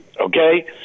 okay